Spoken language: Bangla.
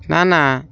না না